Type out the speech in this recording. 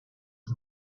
and